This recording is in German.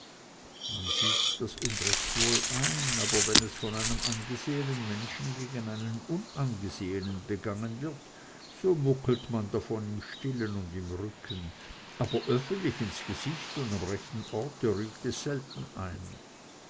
man sieht das unrecht wohl ein aber wenn es von einem angesehenen menschen gegen einen unangesehenen begangen wird so muckelt man davon im stillen und im rücken aber öffentlich ins gesicht und am rechten orte rügt es selten einer